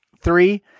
three